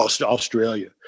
Australia